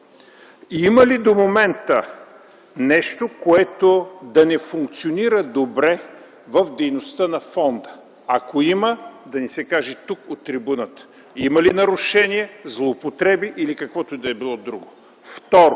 Има ли до момента нещо, което да не функционира добре в дейността на фонда? Ако има, да ни се каже тук, от трибуната, има ли нарушения, злоупотреби или каквото и да било друго. Второ,